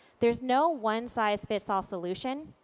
there's no one-size-fits-all solution,